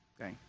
Okay